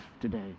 today